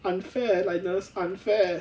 unfair eh linus unfair eh